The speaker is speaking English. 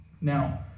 Now